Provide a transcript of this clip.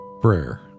Prayer